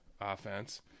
offense